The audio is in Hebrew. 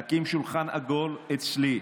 נקים שולחן עגול אצלי,